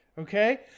Okay